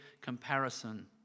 comparison